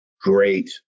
Great